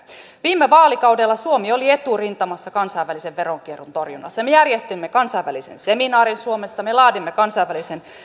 viime vaalikaudella suomi oli eturintamassa kansainvälisen veronkierron torjunnassa me järjestimme kansainvälisen seminaarin suomessa me laadimme kansainvälisen